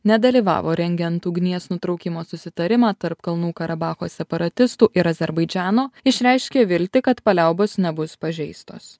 nedalyvavo rengiant ugnies nutraukimo susitarimą tarp kalnų karabacho separatistų ir azerbaidžano išreiškė viltį kad paliaubos nebus pažeistos